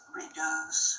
reduce